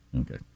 Okay